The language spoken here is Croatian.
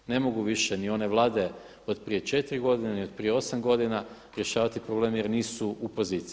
Ne mogu više ni one Vlade od prije 4 godine ni od prije 8 godina rješavati problem jer nisu u poziciji.